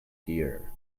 theatre